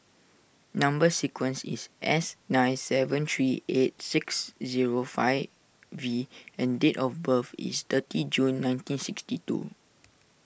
Number Sequence is S nine seven three eight six zero five V and date of birth is thirty June nineteen sixty two